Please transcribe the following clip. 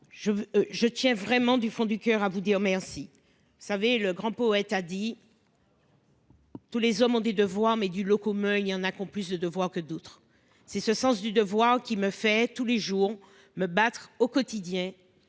je tiens vraiment du fond du coeur à vous dire merci savez le grand poète a dit. Tous les hommes ont des devoirs mais du lot commun il y en a qui ont plus de voix que d'autres. C'est ce sens du devoir qui me fait tous les jours me battre au quotidien